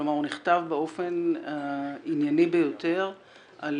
כלומר הוא נכתב באופן ענייני ביותר על